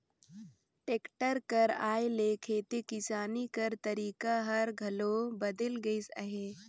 tractor कर आए ले खेती किसानी कर तरीका हर घलो बदेल गइस अहे